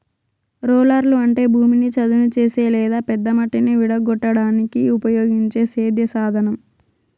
రోలర్లు అంటే భూమిని చదును చేసే లేదా పెద్ద మట్టిని విడగొట్టడానికి ఉపయోగించే సేద్య సాధనం